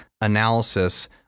analysis